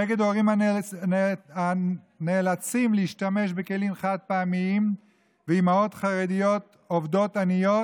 נגד הורים הנאלצים להשתמש בכלים חד-פעמיים ואימהות חרדיות עובדות עניות,